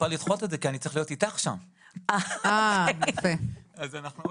כמו